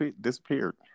disappeared